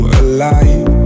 alive